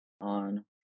on